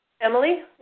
Emily